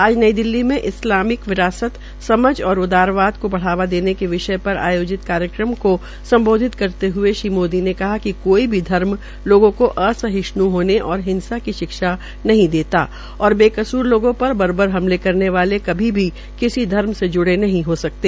आज नई दिल्ली में इस्लामिक विरासत समझ और उदारवाद को बढ़ावा देने के विषय पर आयोजित कार्यक्रम को सम्बोधित करते हुए श्री मोदी ने कहा कि कोई भी धर्म लोगों को असहिष्ण् होने और हिंसा की शिक्षा नहीं देता और बेकसूर लोगों पर बर्बर हमले करने वाले कभी भी किसी धर्म से ज्ड़े नहीं हो सकते